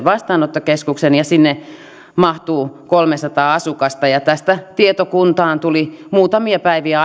vastaanottokeskuksen ja sinne mahtuu kolmesataa asukasta tästä tieto kuntaan tuli muutamia päiviä